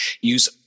Use